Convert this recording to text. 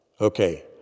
Okay